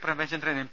Premachandran M